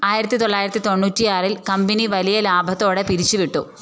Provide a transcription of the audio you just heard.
ആയിരത്തി തൊള്ളായിരത്തി തൊണ്ണൂറ്റിയാറിൽ കമ്പനി വലിയ ലാഭത്തോടെ പിരിച്ചുവിട്ടു